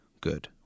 good